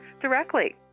directly